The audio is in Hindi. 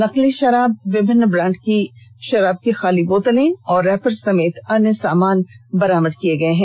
नकली शराब विभिन्न ब्रांड की शराब की खाली बोतलें और रैपर समेत अन्य सामान बरामद किया गया है